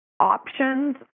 options